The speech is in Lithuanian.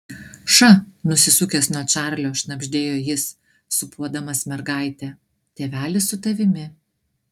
ša nusisukęs nuo čarlio šnabždėjo jis sūpuodamas mergaitę tėvelis su tavimi